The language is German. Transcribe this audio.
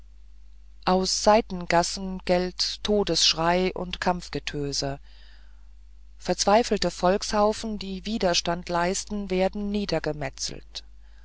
aus seitengassen gellt todesschrei und kampfgetöse vereinzelte volkshaufen die widerstand leisten werden niedergemetzelt